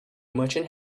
merchant